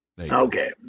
Okay